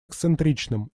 эксцентричным